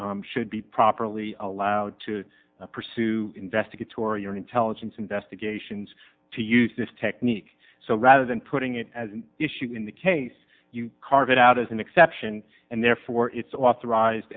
enforcement should be properly allowed to pursue investigatory your intelligence investigations to use this technique so rather than putting it as an issue in the case you carve it out as an exception and therefore it's authorized